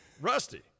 Rusty